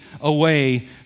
away